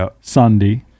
Sunday